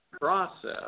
process